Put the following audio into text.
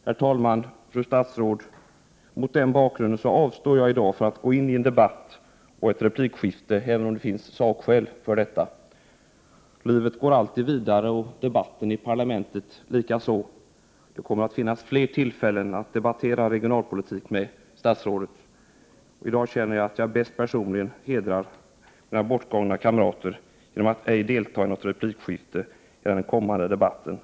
Herr talman, fru statsråd! Mot denna bakgrund avstår jag i dag från att gå in i en debatt och ett replikskifte, även om det finns sakskäl för detta. Livet går alltid vidare och debatten i parlamentet likaså. Det kommer att bli fler tillfällen att debattera regionalpolitiken med statsrådet. I dag känner jag att jag personligen bäst hedrar mina bortgångna kamrater genom att ej delta i något replikskifte i den kommande debatten.